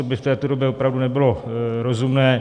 To by v této době opravdu nebylo rozumné.